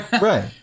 right